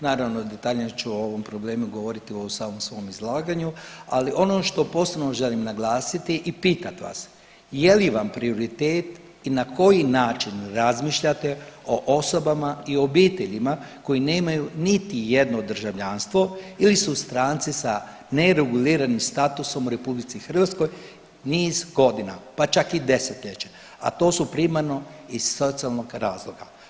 Naravno detaljnije ću o ovom problemu govoriti u samom svom izlaganju, ali ono što posebno želim naglasiti i pitat vas, je li vam prioritet i na koji način razmišljate o osobama i obiteljima koji nemaju niti jedno državljanstvo ili su stranci sa nereguliranim statusom u RH niz godina pa čak i desetljeće, a to su primarno iz socijalnog razloga?